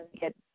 get